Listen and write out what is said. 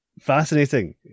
fascinating